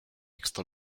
extra